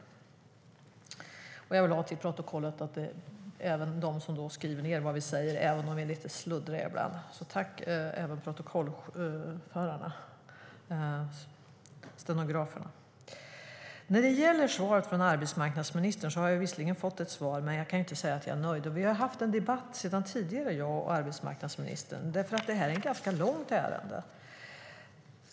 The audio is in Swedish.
Jag vill även få fört till protokollet ett tack till dem som skriver ned vad vi säger, trots att vi är lite sluddriga ibland. Tack, alltså, till stenograferna! När det gäller svaret från arbetsmarknadsministern har jag visserligen fått ett sådant, men jag kan inte säga att jag är nöjd. Vi har debatterat tidigare, jag och arbetsmarknadsministern, för det här är ett ganska långdraget ärende.